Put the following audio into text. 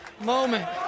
moment